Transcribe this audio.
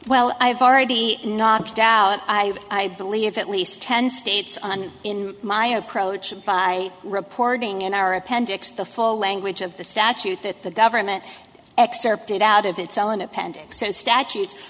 well i've already knocked out i believe at least ten states on in my approach by reporting in our appendix the full language of the staff that the government excerpted out of its own appendix and statutes